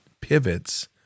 pivots